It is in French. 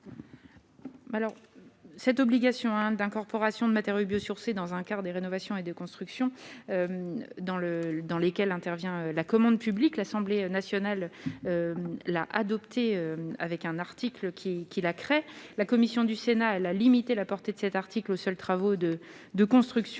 cette obligation d'incorporation de matériaux biosourcés dans un quart de rénovation et de construction dans le dans lesquels intervient la commande publique, l'Assemblée nationale l'adopté avec un article qui qui la crée la commission du Sénat la limité la portée de cet article aux seuls travaux de de construction